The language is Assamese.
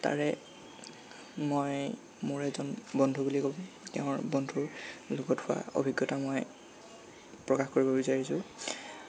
তাৰে মই মোৰ এজন বন্ধু বুলি ক'লোঁ তেওঁৰ বন্ধুৰ লগত হোৱা অভিজ্ঞতা মই প্ৰকাশ কৰিব বিচাৰিছোঁ